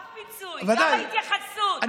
גם הפיצוי, גם הפיצוי, גם ההתייחסות, והפינוי.